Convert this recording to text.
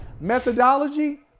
methodology